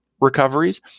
recoveries